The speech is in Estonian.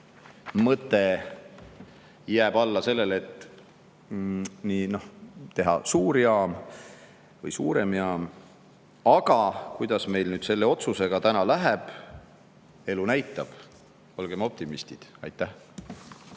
mõte jääb alla sellele, et teha suur jaam või suurem jaam. Aga kuidas meil selle otsusega täna läheb? Elu näitab. Olgem optimistid. Aitäh!